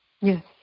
Yes